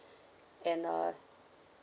and uh